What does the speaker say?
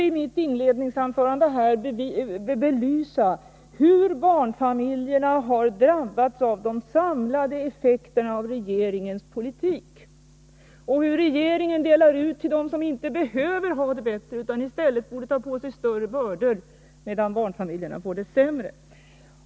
I mitt inledningsanförande försökte jag belysa hur barnfamiljerna har drabbats av de samlade effekterna av regeringens politik och hur regeringen delar ut pengar till dem som inte behöver få det bättre utan som i stället borde ta på sig större bördor, medan barnfamiljerna får det sämre.